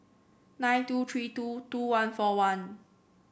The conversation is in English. nine two three two two one four one